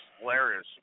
hilarious